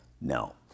No